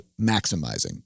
maximizing